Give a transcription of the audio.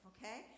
Okay